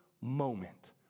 moment